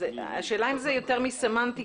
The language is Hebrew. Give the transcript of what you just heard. השאלה אם זה יותר מסמנטיקה.